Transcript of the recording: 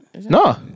No